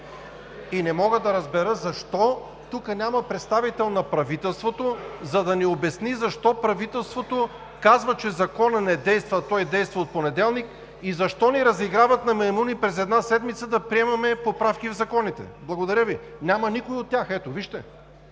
И не мога да разбера защо тук няма представител на правителството, за да ни обясни. Защо правителството казва, че Законът не действа, а той действа от понеделник, и защо ни разиграват като маймуни – през една седмица да приемаме поправки в законите?! Благодаря Ви. (Ръкопляскания от